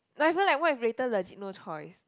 whatever like what if later legit no choice